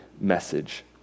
message